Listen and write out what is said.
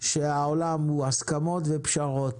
עולם הסכמות ופשרות.